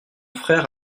frère